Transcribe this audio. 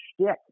shtick